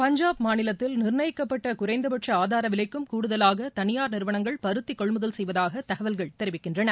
பஞ்சாப் மாநிலத்தில் நிர்ணயிக்கப்பட்டகுறைந்தபட்சஆதாரவிலைக்கும் கூடுதலாகதனியார் நிறுவனங்கள் பருத்திகொள்முதல் செய்வதாகதகவல்கள் தெரிவிக்கின்றன